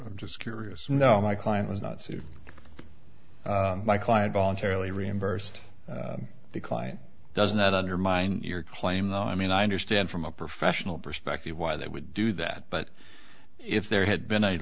to just curious know my client was not my client voluntarily reimbursed the client doesn't that undermine your claim though i mean i understand from a professional perspective why they would do that but if there had been a